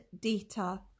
data